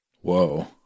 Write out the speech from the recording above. Whoa